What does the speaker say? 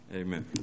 Amen